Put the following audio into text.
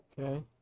Okay